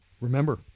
Remember